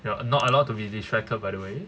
you are not allowed to be distracted by the way